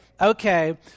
okay